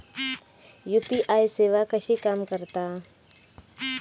UPI सेवा कशी काम करता?